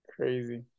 crazy